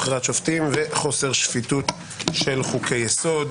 הרכב הוועדה לבחירת שופטים וחוסר שפיטות של חוקי-יסוד.